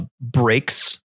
breaks